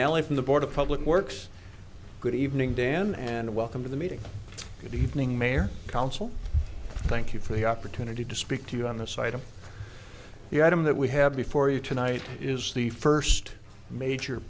danieli from the board of public works good evening dan and welcome to the meeting good evening mayor council thank you for the opportunity to speak to you on the side of the item that we have before you tonight is the first major